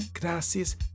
Gracias